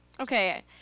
Okay